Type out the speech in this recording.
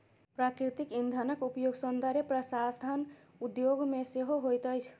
प्राकृतिक इंधनक उपयोग सौंदर्य प्रसाधन उद्योग मे सेहो होइत अछि